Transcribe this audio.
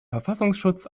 verfassungsschutz